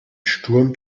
sturm